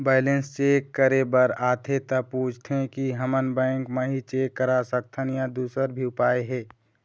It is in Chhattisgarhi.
बैलेंस चेक करे बर आथे ता पूछथें की हमन बैंक मा ही चेक करा सकथन या दुसर भी उपाय हे?